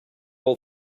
all